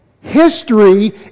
History